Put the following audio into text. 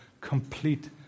complete